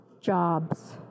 jobs